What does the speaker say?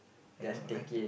I know I I